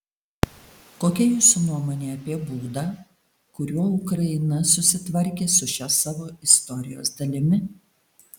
kokia jūsų nuomonė apie būdą kuriuo ukraina susitvarkė su šia savo istorijos dalimi